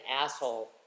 asshole